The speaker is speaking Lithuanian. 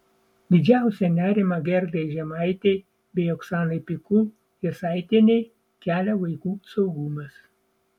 didžiausią nerimą gerdai žemaitei bei oksanai pikul jasaitienei kelia vaikų saugumas